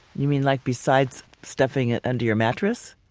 you mean like besides stuffing it under your mattress?